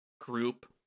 group